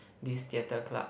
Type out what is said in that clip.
this theatre club